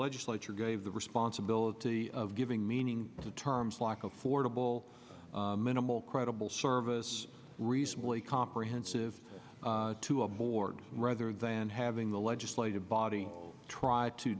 legislature gave the responsibility of giving meaning to terms like affordable minimal credible service reasonably comprehensive to a board rather than having the legislative body try to